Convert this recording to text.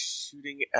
shooting